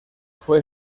fue